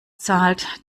zahlt